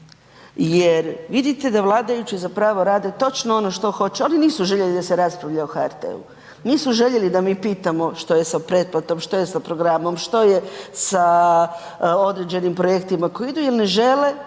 jer vidite da vladajući zapravo rade točno ono što hoće. Oni nisu željeli da se raspravlja o HRT-u. Nisu željeli da mi pitamo što je sa pretplatom, što je sa programom, što je sa određenim projektima koji idu jer ne žele